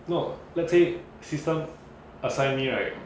no let's say system assign me right